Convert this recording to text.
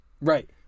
Right